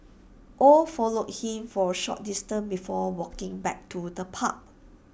oh followed him for A short distance before walking back to the pub